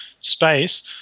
space